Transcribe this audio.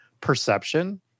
perception